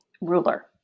ruler